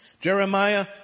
Jeremiah